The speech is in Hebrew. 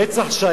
הרצח,